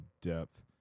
depth